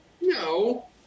no